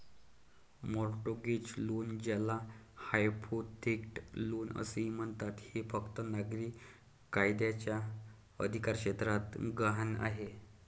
mortgage loan, ज्याला hypothecate loan असेही म्हणतात, हे फक्त नागरी कायद्याच्या अधिकारक्षेत्रात गहाण आहे